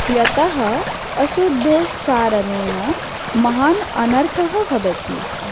यतः अशुद्धोच्चारणेन महान् अनर्थः भवति